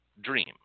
dream